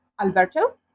Alberto